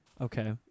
Okay